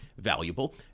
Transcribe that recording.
valuable